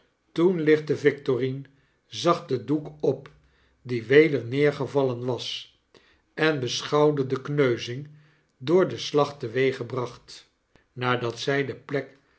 toen lichtte victorine zacht den doek op die weder neergevallen was en beschouwde de kneuzing door den slag teweeggebracht nadat zy de plek